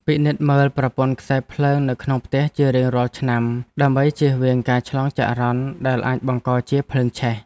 ពិនិត្យមើលប្រព័ន្ធខ្សែភ្លើងនៅក្នុងផ្ទះជារៀងរាល់ឆ្នាំដើម្បីជៀសវាងការឆ្លងចរន្តដែលអាចបង្កជាភ្លើងឆេះ។